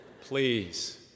Please